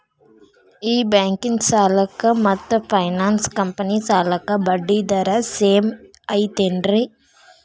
ಈ ಬ್ಯಾಂಕಿನ ಸಾಲಕ್ಕ ಮತ್ತ ಫೈನಾನ್ಸ್ ಕಂಪನಿ ಸಾಲಕ್ಕ ಬಡ್ಡಿ ದರ ಸೇಮ್ ಐತೇನ್ರೇ?